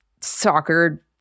soccer